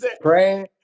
Praying